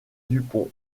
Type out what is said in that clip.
dupont